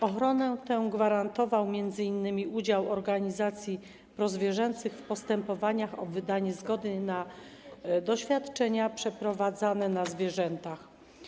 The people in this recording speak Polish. Ochronę tę gwarantował m.in. udział organizacji prozwierzęcych w postępowaniach o wydanie zgody na przeprowadzenie doświadczeń na zwierzętach.